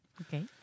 Okay